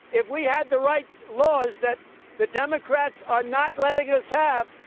if we had the right laws that the democrats are not letting us have,